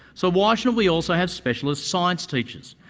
so why shouldn't we also have specialist science teachers?